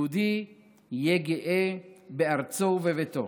יהודי יהיה גאה בארצו ובביתו,